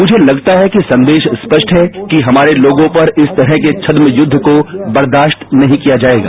मुझे लगता है कि संदेश स्पष्ट है कि हमारे लोगों पर इस तरह के छद्म युद्ध को बर्दाश्त नहीं किया जायेगा